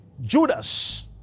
Judas